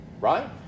right